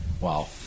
Wow